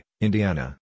Indiana